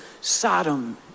Sodom